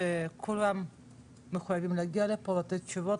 שכולם מחויבים להגיע לפה, לתת תשובות.